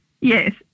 Yes